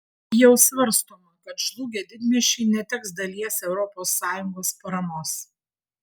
jau svarstoma kad žlugę didmiesčiai neteks dalies europos sąjungos paramos